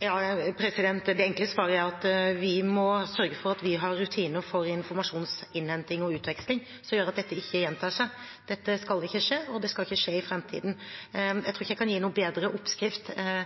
Det enkle svaret er at vi må sørge for at vi har rutiner for informasjonsinnhenting og -utveksling som gjør at dette ikke gjentar seg. Dette skal ikke skje, og det skal ikke skje i framtiden. Jeg tror ikke jeg kan gi noen bedre oppskrift enn